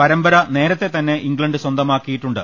പ്രമ്പര നേർത്തെതന്നെ ഇംഗ്ലണ്ട് സ്വന്തമാക്കിയിട്ടുണ്ട്